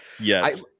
Yes